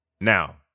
Now